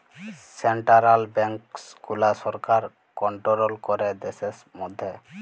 central banks গুলা সরকার control ক্যরে দ্যাশের ম্যধে